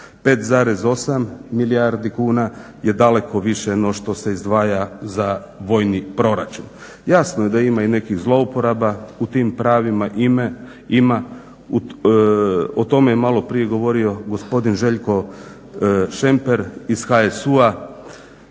5,8 milijardi kuna je daleko više no što se izdvaja za vojni proračun. Jasno je da ima i nekih zlouporaba u tim pravima, ima, o tome je maloprije govorio gospodin Željko Šemper iz HSU-a,